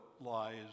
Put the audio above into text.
lies